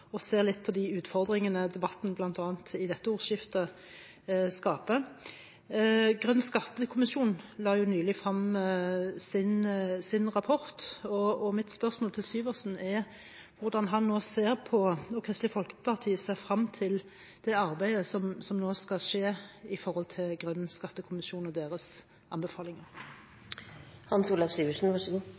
vi ser litt på de utfordringene debatten skaper, bl.a. i dette ordskiftet. Grønn skattekommisjon la nylig frem sin rapport, og mitt spørsmål til Syversen er hvordan han og Kristelig Folkeparti ser frem til det arbeidet som nå skal skje i forbindelse med Grønn skattekommisjon og